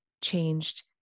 changed